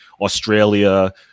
Australia